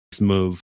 move